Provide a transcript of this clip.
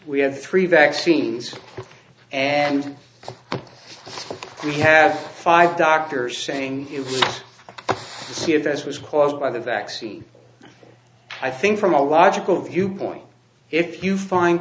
we have three vaccines and we have five doctors saying you see it as was caused by the vaccine i think from a logical viewpoint if you find